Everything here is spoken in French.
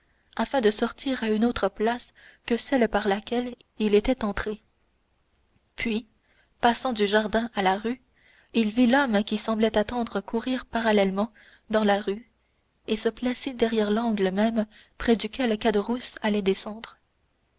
afin de sortir à une autre place que celle par laquelle il était entré puis passant du jardin à la rue il vit l'homme qui semblait attendre courir parallèlement dans la rue et se placer derrière l'angle même près duquel caderousse allait descendre